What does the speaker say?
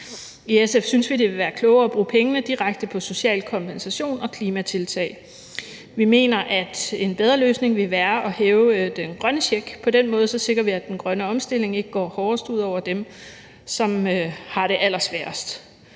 I SF synes vi, det ville være klogere at bruge pengene direkte på social kompensation og klimatiltag. Vi mener, at en bedre løsning ville være at hæve den grønne check. På den måde sikrer vi, at den grønne omstilling ikke går hårdest ud over dem, som har det allersværest.